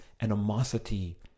animosity